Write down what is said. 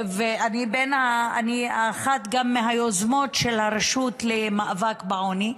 ואני גם אחת מהיוזמות של הרשות למאבק בעוני,